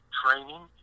training